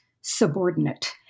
subordinate